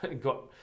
got